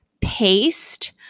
paste